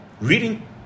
reading